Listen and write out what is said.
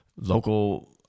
local